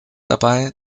dabei